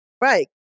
right